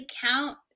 count